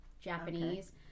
Japanese